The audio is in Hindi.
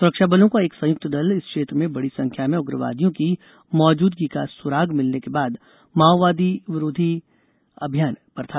सुरक्षाबलों का एक संयुक्त दल इस क्षेत्र में बड़ी संख्या में उग्रवादियों की मौजूदगी का सुराग मिलने के बाद माओवादरोधी अभियान पर था